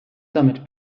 damit